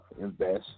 Invest